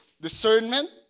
discernment